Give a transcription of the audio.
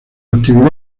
actividad